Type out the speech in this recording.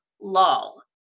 Lol